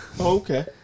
Okay